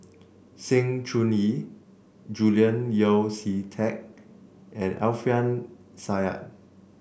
Sng Choon Yee Julian Yeo See Teck and Alfian Sa'at